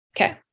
Okay